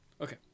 Okay